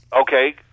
Okay